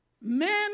Men